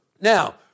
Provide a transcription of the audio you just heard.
Now